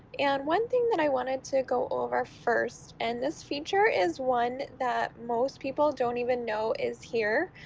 and one thing that i wanted to go over first, and this feature is one that most people don't even know is here,